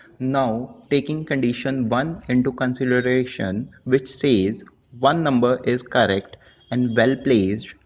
now taking condition one into consideration which says one number is correct and well-placed.